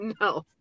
No